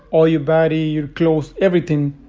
all your body, your clothes everything,